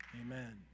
Amen